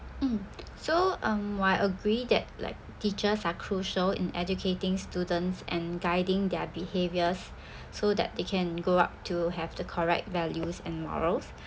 mm so um I agree that like teachers are crucial in educating students and guiding their behaviors so that they can grow up to have the correct values and morals